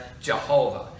jehovah